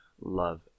love